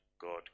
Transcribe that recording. God